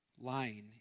lying